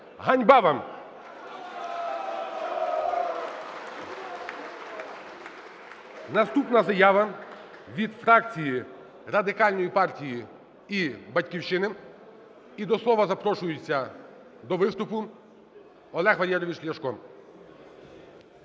Ганьба вам! Наступна заява від фракції Радикальної партії і "Батьківщини". І до слова запрошується до виступу Олег Валерійович Ляшко.